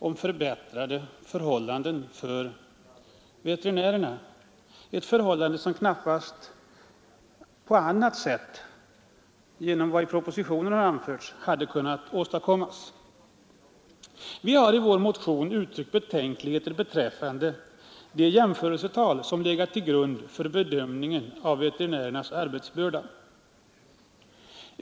Dessutom — och det är kanske ännu viktigare — kan djurägarna därigenom få en bättre veterinär service för sina djur. Vi har i vår motion uttryckt betänkligheter beträffande de jämförelsetal som har legat till grund för bedömningen av veterinärernas arbetsbörda.